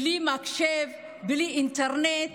בלי מחשב, בלי אינטרנט,